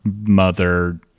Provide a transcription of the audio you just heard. mother